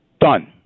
Done